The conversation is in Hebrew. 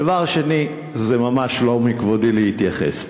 דבר שני, זה ממש לא מכבודי להתייחס.